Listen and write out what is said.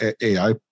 AI